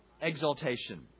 exaltation